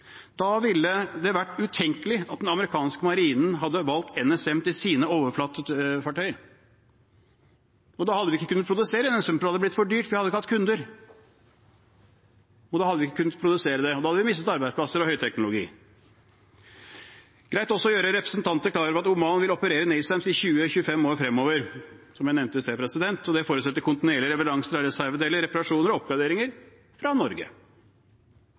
hadde vi ikke kunnet produsere NSM, for det hadde blitt for dyrt, for vi hadde ikke hatt kunder. Da hadde vi ikke kunnet produsere dem, og da hadde vi mistet arbeidsplasser og høyteknologi. Det er også greit å gjøre representanter klar over at Oman vil operere NASAMS i 20–25 år fremover, som jeg nevnte i sted, og det forutsetter kontinuerlige leveranser av reservedeler, reparasjoner og oppgraderinger fra Norge.